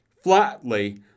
Flatly